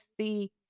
see